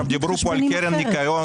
קרן ניקיון